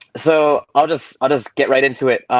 so i'll just i'll just get right into it.